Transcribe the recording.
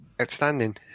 outstanding